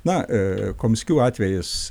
na komskių atvejis